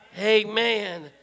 Amen